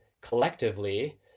collectively